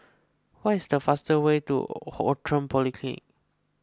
what is the fastest way to Outram Polyclinic